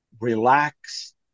relax